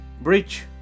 bridge